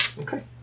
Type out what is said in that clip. Okay